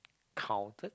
counted